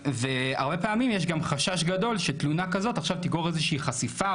והרבה פעמים יש גם חשש גדול שתלונה כזאת עכשיו תגרור איזו שהיא חשיפה,